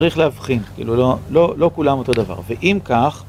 צריך להבחין כאילו לא כולם אותו דבר ואם כך.